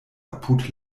apud